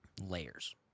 layers